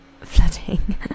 flooding